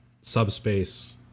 subspace